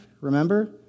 Remember